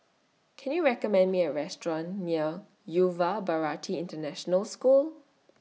Can YOU recommend Me A Restaurant near Yuva Bharati International School